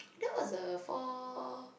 that was a four